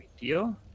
deal